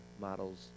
models